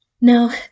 Now